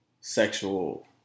sexual